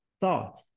thought